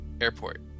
airport